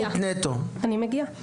אני מגיעה לכך.